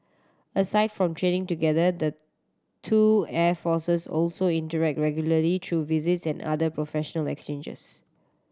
aside from training together the two air forces also interact regularly through visits and other professional exchanges